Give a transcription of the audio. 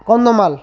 Kandhamal